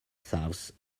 south